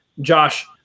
Josh